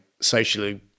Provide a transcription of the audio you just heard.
socially